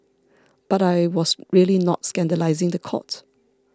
but I was really not scandalising the court